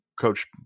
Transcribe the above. Coach